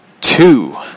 two